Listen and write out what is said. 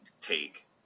take